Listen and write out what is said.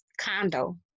condo